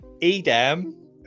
Edam